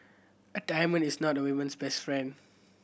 a diamond is not a women's best friend